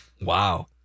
Wow